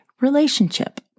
relationship